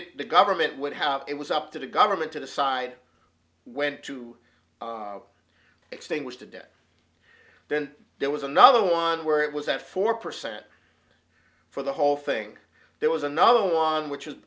t the government would have it was up to the government to decide when to extinguish the debt then there was another one where it was at four percent for the whole thing there was another one which is